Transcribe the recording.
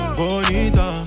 bonita